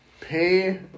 pay